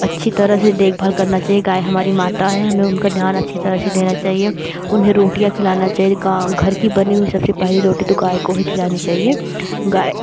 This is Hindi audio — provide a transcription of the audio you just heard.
अच्छी तरह से देख भाल करना चाहिए गाय हमारी माता है हमें उनका ध्यान अच्छी तरह से देना चाहिए उन्हें रोटियाँ खिलाना चाहिए गाँव घर की बनी हुई सब से पहली रोटी तो गाय को ही खिलानी चाहिए गाय